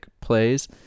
plays